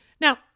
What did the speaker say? Now